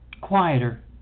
quieter